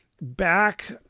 back